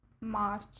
March